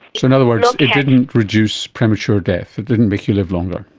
so in other words it didn't reduce premature death, it didn't make you live longer.